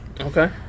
Okay